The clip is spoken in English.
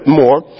more